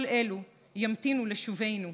כל אלה ימתינו לשובנו.